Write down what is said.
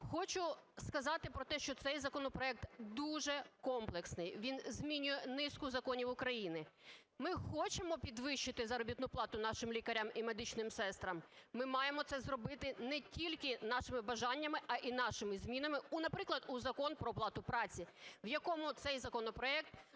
Хочу сказати про те, що цей законопроект дуже комплексний, він змінює низку законів України. Ми хочемо підвищити заробітну плату нашим лікарям і медичним сестрам. Ми маємо це зробити не тільки нашими бажаннями, а і нашими змінами, наприклад, у Закон "Про оплату праці", в якому цей законопроект